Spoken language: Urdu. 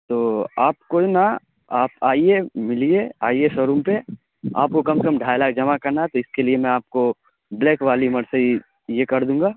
تو آپ کوئی نا آپ آئیے ملیے آئیے شو روم پہ آپ کو کم سے کم ڈھائی لاکھ جمع کرنا ہے تو اس کے لیے میں آپ کو بلیک والی مرسی ہی یہ کر دوں گا